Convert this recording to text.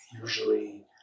usually